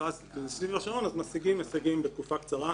הם סביב השעון אז משיגים הישגים בתקופה קצרה.